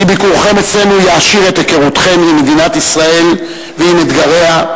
כי ביקורכם אצלנו יעשיר את היכרותכם עם מדינת ישראל ועם אתגריה,